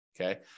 okay